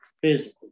physically